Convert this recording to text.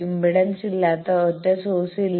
impedance ഇല്ലാത്ത ഒറ്റ source ഇല്ല